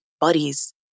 buddies